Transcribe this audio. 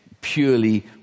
purely